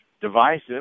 divisive